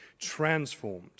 transformed